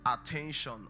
attention